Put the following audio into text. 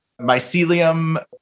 mycelium